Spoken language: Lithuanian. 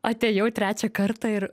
atėjau trečią kartą ir